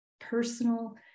personal